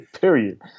Period